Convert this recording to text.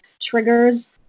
triggers